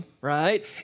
right